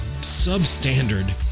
substandard